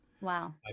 Wow